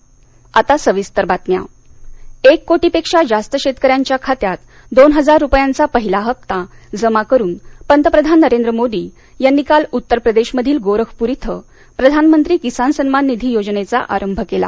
पंतप्रधान गोरखपर एक कोटीपेक्षा जास्त शेतकऱ्यांच्या खात्यात दोन हजार रुपयांचा पहिला हप्ता जमा करूनपंतप्रधान नरेंद मोदी यांनी काल उत्तरप्रदेशमधील गोरखपूर इथं प्रधानमंत्री किसान सन्मान निधी योजनेचा आरंभ केला